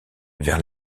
vers